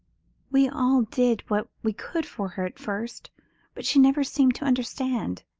we all did what we could for her at first but she never seemed to understand.